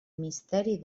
misteri